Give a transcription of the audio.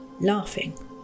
laughing